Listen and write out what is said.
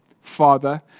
Father